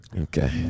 Okay